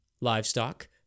livestock